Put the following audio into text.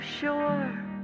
sure